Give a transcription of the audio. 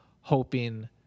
hoping